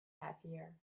happier